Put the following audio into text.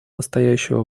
настоящего